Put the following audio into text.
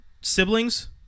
siblings